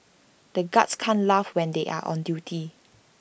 the guards can't laugh when they are on duty